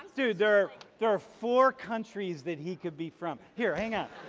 so there there are four countries that he could be from here. hang on,